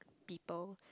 people